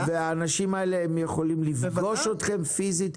-- והאנשים האלה יכולים לפגוש אתכם פיסית?